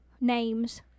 names